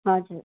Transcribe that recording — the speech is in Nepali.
हजुर